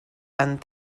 and